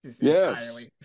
Yes